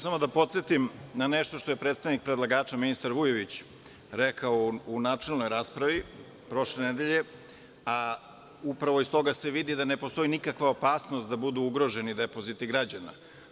Hteo bih samo da podsetim na nešto što je predstavnik predlagača, ministar Vujović, rekao u načelnoj raspravi prošle nedelje, a upravo iz toga se vidi da ne postoji nikakva opasnost da budu ugroženi depoziti građana.